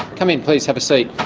come in please, have a seat.